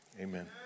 Amen